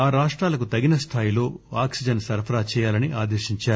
ఆ రాష్టాలకు తగిన స్టాయిలో ఆక్సిజన్ సరఫరా చేయాలని ఆదేశించారు